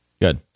good